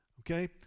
okay